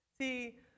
See